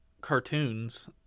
cartoons